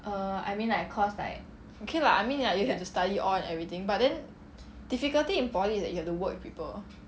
okay lah I mean ya you have to study all and everything but then difficulty in poly is that you have to work with people